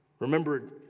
Remember